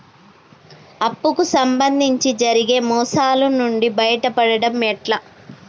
అప్పు కు సంబంధించి జరిగే మోసాలు నుండి బయటపడడం ఎట్లా?